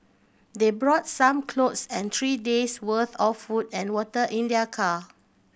they brought some clothes and three days' worth of food and water in their car